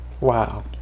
wow